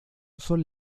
son